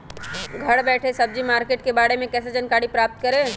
घर बैठे सब्जी मार्केट के बारे में कैसे जानकारी प्राप्त करें?